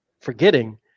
forgetting